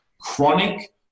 chronic